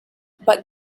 but